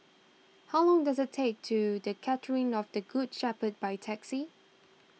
how long does it take to the Cathedral of the Good Shepherd by taxi